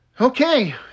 Okay